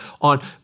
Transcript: on